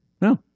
No